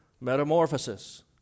metamorphosis